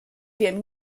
wiem